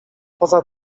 poza